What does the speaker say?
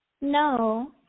No